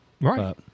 Right